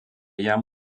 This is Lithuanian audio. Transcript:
jam